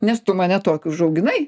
nes tu mane tokiu užauginai